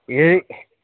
एय्